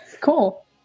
Cool